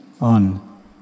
on